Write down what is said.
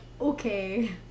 okay